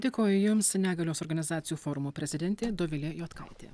dėkoju jiems negalios organizacijų forumo prezidentė dovilė juodkaitė